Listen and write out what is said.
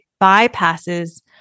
bypasses